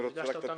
ריגשת אותנו מאוד.